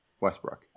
Westbrook